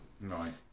Right